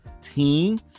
team